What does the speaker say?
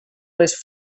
les